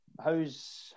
How's